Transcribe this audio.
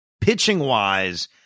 Pitching-wise